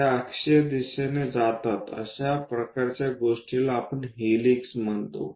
त्या अक्षीय दिशेने जातात अशा प्रकारच्या गोष्टीला आपण हेलिक्स म्हणतो